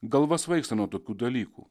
galva svaigsta nuo tokių dalykų